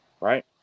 Right